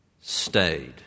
stayed